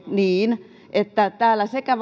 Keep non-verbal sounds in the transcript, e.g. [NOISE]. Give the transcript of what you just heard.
niin pääministeri että täällä sekä [UNINTELLIGIBLE]